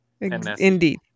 Indeed